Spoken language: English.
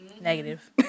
Negative